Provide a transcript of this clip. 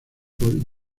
por